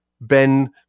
Ben